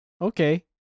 Okay